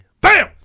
Bam